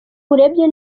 urebye